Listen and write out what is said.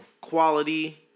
quality